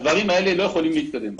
הדברים האלה לא יכולים להתקדם.